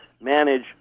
manage